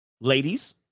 Ladies